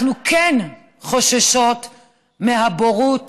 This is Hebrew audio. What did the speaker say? אנחנו כן חוששות מהבורות